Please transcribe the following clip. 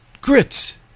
grits